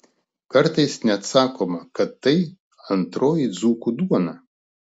kartais net sakoma kad tai antroji dzūkų duona